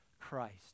Christ